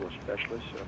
Specialists